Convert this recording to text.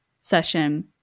session